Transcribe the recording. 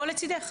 כמו "לצידך".